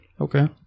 Okay